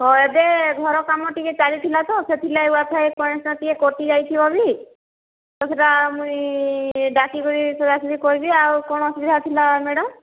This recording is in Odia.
ହଁ ଏବେ ଘର କାମ ଟିକେ ଚାଲିଥିଲା ତ ସେଥିର୍ ଲାଗି ୱାଇ ଫାଇ କନେକ୍ସନ୍ଟା ଟିକେ କଟି ଯାଇଥିବ ବି ତ ସେଟା ମୁଇଁ ଡାକିକରି ସଜା ସଜି କରିବି ଆଉ କଣ ଅସୁବିଧା ଥିଲା ମ୍ୟାଡ଼ମ